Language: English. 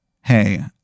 hey